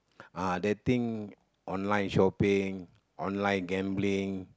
ah they think online shopping online gambling